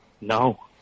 No